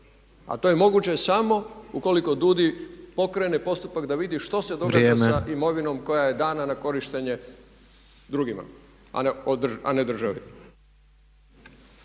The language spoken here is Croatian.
a to je moguće samo ukoliko DUUDI pokrene postupak da vidi što se događa sa imovinom koja je dana na korištenje drugima a ne državi.